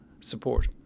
support